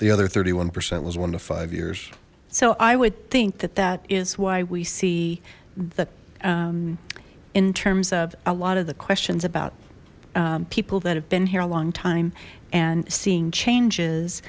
the other thirty one percent was one to five years so i would think that that is why we see that in terms of a lot of the questions about people that have been here a long time and seeing changes